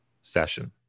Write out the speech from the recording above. session